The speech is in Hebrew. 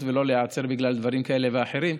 ולא להיעצר בגלל דברים כאלה ואחרים.